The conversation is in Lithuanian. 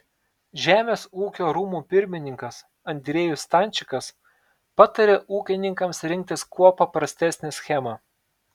žemės ūkio rūmų pirmininkas andriejus stančikas patarė ūkininkams rinktis kuo paprastesnę schemą